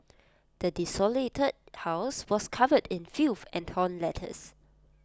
the desolated house was covered in filth and torn letters